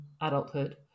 adulthood